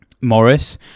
Morris